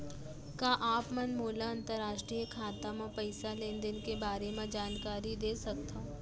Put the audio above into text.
का आप मन मोला अंतरराष्ट्रीय खाता म पइसा लेन देन के बारे म जानकारी दे सकथव?